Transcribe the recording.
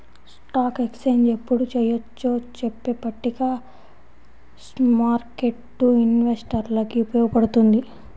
stock exchange ఎప్పుడు చెయ్యొచ్చో చెప్పే పట్టిక స్మార్కెట్టు ఇన్వెస్టర్లకి ఉపయోగపడుతుంది